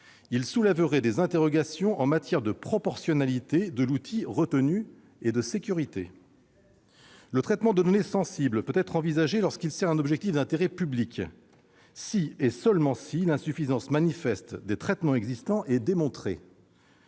il soulèverait des interrogations en matière de proportionnalité de l'outil retenu, ainsi que de sécurité. Le traitement de données sensibles peut être envisagé lorsqu'il sert un objectif d'intérêt public, si et seulement si l'insuffisance manifeste des traitements existants est démontrée.